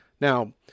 Now